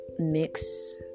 mix